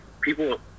people